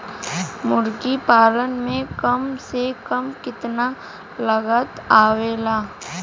मुर्गी पालन में कम से कम कितना लागत आवेला?